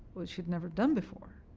which he'd never done before.